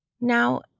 Now